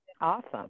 awesome